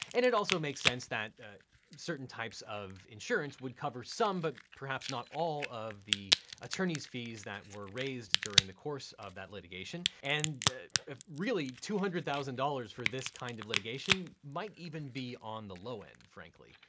and it also makes sense that certain types of insurance would cover some but perhaps not all of the attorneys fees that were raised during the course of that litigation, and really, two hundred thousand dollars for this kind of litigation might even be on the low end, frankly.